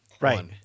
right